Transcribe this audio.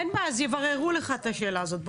אין בעיה, יבררו לך את השאלה הזאת.